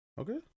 Okay